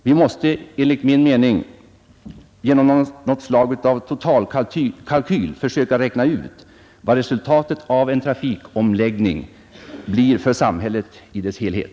Vi måste enligt min mening genom något slags totalkalkyl försöka räkna ut vad resultatet av en trafikomläggning blir för samhället i dess helhet.